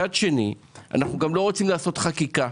מצד שני לא רוצים לעשות חקיקה.